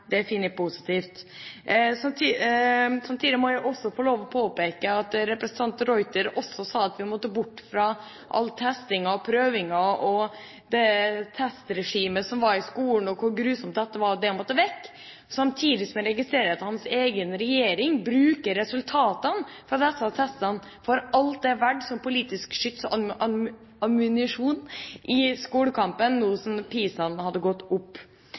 finner jeg positivt. Jeg må også få lov til å påpeke at representanten de Ruiter også sa at vi måtte bort fra all testinga og prøvinga og det testregimet som var i skolen, hvor grusomt dette var og at det måtte vekk – samtidig som jeg registrerer at hans egen regjering bruker resultatene fra disse testene for alt de er verdt som politisk skyts og ammunisjon i skolekampen nå som resultatene fra PISA-undersøkelsen hadde gått opp.